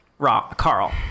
Carl